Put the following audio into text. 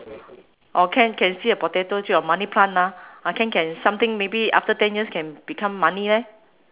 or can can see a potato through your money plant lah ah can can something maybe after ten years can become money leh